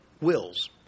wills